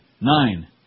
Nine